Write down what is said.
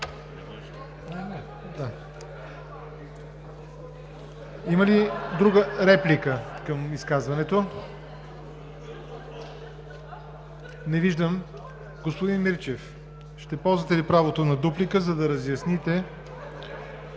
Има ли друга реплика към изказването? Не виждам. Господин Мирчев, ще ползвате ли правото на дуплика, за да разясните